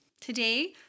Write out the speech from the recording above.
Today